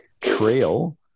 trail